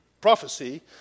prophecy